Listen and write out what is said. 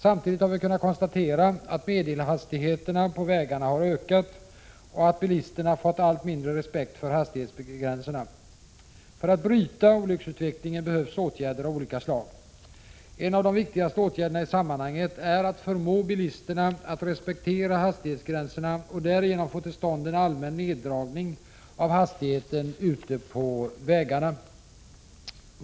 Samtidigt har vi kunnat konstatera att medelhastigheterna på vägarna har ökat och att bilisterna fått allt mindre respekt för hastighetsgränserna. För att bryta olycksutvecklingen behövs åtgärder av olika slag. En av de viktigaste åtgärderna i sammanhanget är att förmå bilisterna att respektera hastighetsgränserna och att därigenom få till stånd en allmän neddragning av hastigheten ute på vägarna.